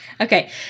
Okay